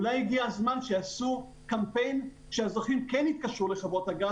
אולי הגיע הזמן שיעשו קמפיין שהאזרחים כן יתקשרו לחברות הגז